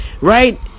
Right